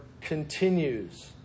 continues